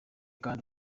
kandi